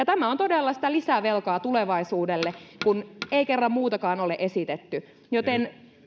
tämä on todella sitä lisävelkaa tulevaisuudelle kun ei kerran muutakaan ole esitetty joten